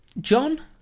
john